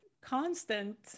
constant